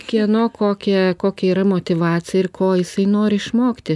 kieno kokia kokia yra motyvacija ir ko jisai nori išmokti